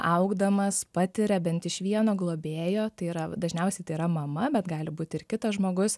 augdamas patiria bent iš vieno globėjo tai yra dažniausiai tai yra mama bet gali būti ir kitas žmogus